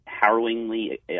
harrowingly